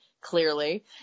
clearly